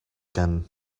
gun